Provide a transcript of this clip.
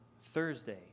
Thursday